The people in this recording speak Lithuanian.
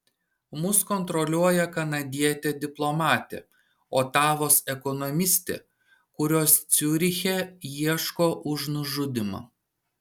mus kontroliuoja kanadietė diplomatė otavos ekonomistė kurios ciuriche ieško už nužudymą